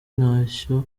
ntacyo